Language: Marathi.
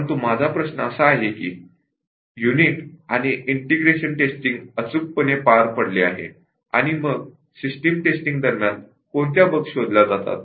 परंतु माझा प्रश्न असा आहे की युनिट आणि ईंटेग्रेशन टेस्टिंग अचूकपणे पार पडले आहे आणि मग सिस्टम टेस्टिंग दरम्यान कोणत्या बग शोधल्या जातात